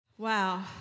Wow